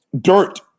Dirt